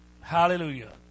Hallelujah